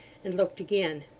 and looked again.